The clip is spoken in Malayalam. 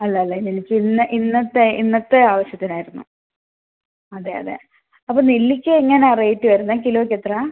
അല്ല അല്ല ഇതെനിക്ക് ഇന്ന് ഇന്നത്തെ ഇന്നത്തെ ആവശ്യത്തിനായിരുന്നു അതെ അതെ അപ്പോൾ നെല്ലിക്ക എങ്ങനെയാ റേയ്റ്റ് വരുന്നത് കിലോയ്ക്ക് എത്രയാ